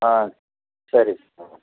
ஆ சரி சார்